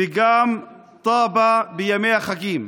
וגם טאבה בימי החגים.